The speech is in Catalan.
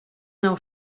nau